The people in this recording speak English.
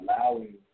allowing